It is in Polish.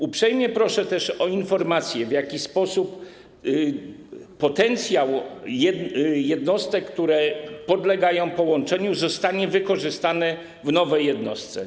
Uprzejmie proszę też o informację, w jaki sposób potencjał jednostek, które podlegają połączeniu, zostanie wykorzystany w nowej jednostce.